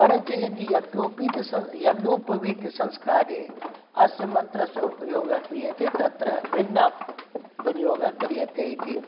परञ्च यदि यज्ञोपवीतसंस्कारे अस्य मन्त्रस्य उपयोगः क्रियते तत्र भिन्नः विनियोगः क्रियते इति